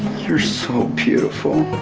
you're so beautiful